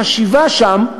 בחשיבה שם,